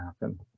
happen